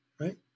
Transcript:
right